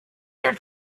your